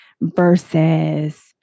versus